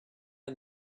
and